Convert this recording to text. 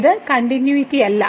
ഇത് കണ്ടിന്യൂയിറ്റിയല്ല